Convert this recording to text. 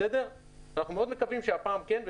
אנחנו מאוד מקווים שהפעם כן,